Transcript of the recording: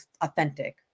authentic